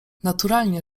naturalnie